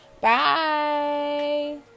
Bye